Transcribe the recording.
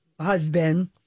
husband